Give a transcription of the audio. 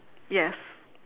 yes